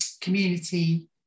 community